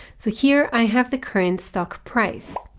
so here i have the current stock price.